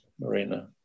marina